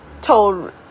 told